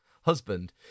husband